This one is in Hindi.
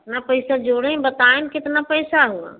कितना पैसा जोड़ें बताएँ कितना पैसा हुआ